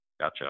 Gotcha